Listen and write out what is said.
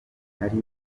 nari